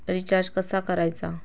Recharge कसा करायचा?